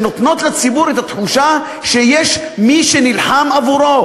שנותנות לציבור את התחושה שיש מי שנלחם עבורו.